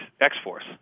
X-Force